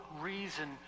reason